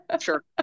Sure